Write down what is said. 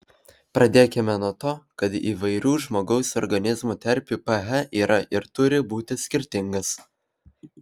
pradėkime nuo to kad įvairių žmogaus organizmo terpių ph yra ir turi būti skirtingas